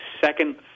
second